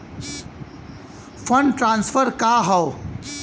Fund transfer का हव?